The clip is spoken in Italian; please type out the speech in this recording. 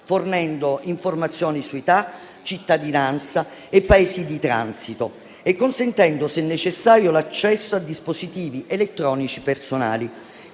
fornendo informazioni su età, cittadinanza e Paesi di transito e consentendo, se necessario, l'accesso a dispositivi elettronici personali.